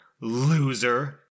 Loser